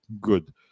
good